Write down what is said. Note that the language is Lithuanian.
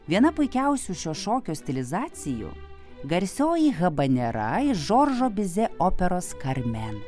viena puikiausių šio šokio stilizacijų garsioji habanera iš džordžo bizė operos karmen